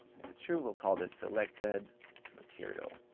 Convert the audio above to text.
if it's true, we'll call this selected material.